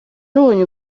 rubonye